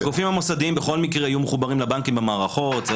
הגופים המוסדיים בכל מקרה יהיו מחוברים לבנקים במערכות.